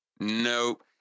nope